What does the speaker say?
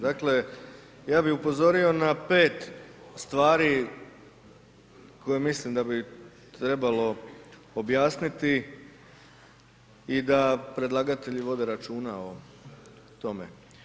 Dakle, ja bi upozorio na 5 stvari koje mislim da bi trebalo objasniti i da predlagatelji vode računa o tome.